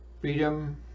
freedom